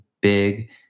big